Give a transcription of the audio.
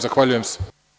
Zahvaljujem se.